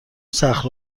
صخره